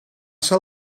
ser